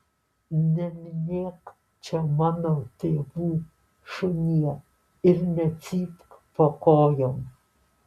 neminėk čia mano tėvų šunie ir necypk po kojom